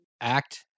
Act